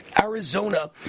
Arizona